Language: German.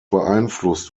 beeinflusst